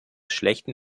schlechten